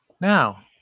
Now